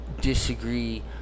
disagree